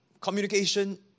communication